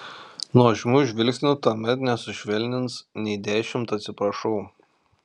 nuožmių žvilgsnių tuomet nesušvelnins nei dešimt atsiprašau